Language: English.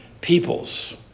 peoples